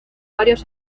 varios